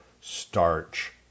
starch